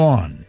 on